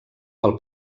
pel